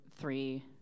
three